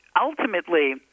ultimately